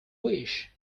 wish